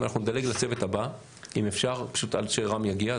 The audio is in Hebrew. אנחנו נדלג לצוות הבא עד שרם יגיע,